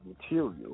material